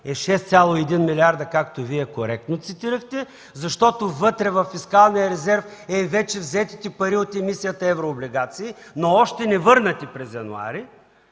е 6,1 милиарда, както Вие коректно цитирахте, защото вътре във фискалния резерв са вече взетите пари от емисията еврооблигации, но още невърнати през януари,